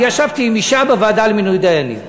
אני ישבתי עם אישה בוועדה למינוי דיינים.